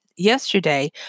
Yesterday